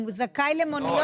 הוא זכאי למוניות.